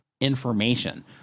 information